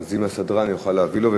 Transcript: אז אם הסדרן יוכל להביא לו.